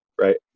right